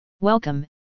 Welcome